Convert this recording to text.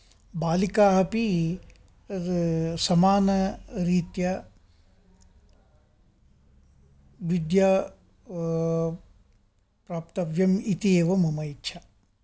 बालिकाः अपि समानरीत्या विद्या प्राप्तव्यम् इति एव मम इच्छा